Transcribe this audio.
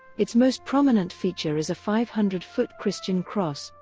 its most prominent feature is a five hundred foot christian cross,